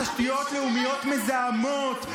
בתשתיות לאומיות מזהמות.